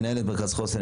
מנהלת מרכז חוסן,